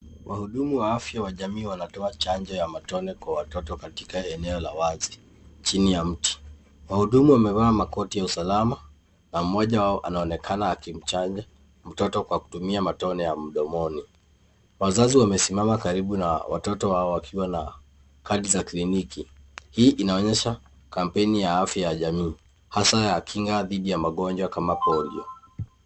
Wahudumu wa afya wa jamii wanatoa chanjo ya matone kwa watoto katika eneo la wazi chini ya mti, wahudumu wamevaa makoti ya usalama na mmoja wao anaonekana akimchanja mtoto kwa kutumia matone ya mdomoni. Wazazi wamesimama karibu na watoto hao wakiwa na kadi za kliniki, hii inaonyesha kampeni ya afya ya jamii, hasa ya kinga dhidi ya magonjwa kama polio.